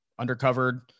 undercovered